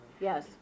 Yes